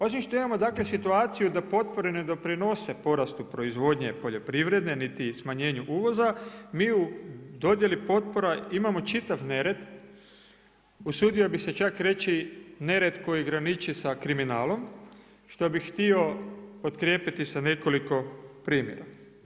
Osim što imamo dakle situaciju da potpore doprinose porastu proizvodnje poljoprivrede, niti smanjenju uvoza, mi u dodjeli potpora imamo čitav nered, usudio bi se čak reći koji graniči sa kriminalom, što bih htio potkrijepiti sa nekoliko primjera.